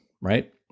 right